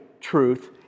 truth